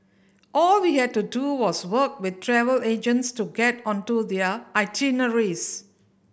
all we had to do was work with travel agents to get onto their itineraries